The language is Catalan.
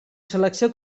selecció